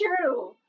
true